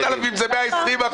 חברת הכנסת זנדברג,